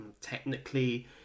technically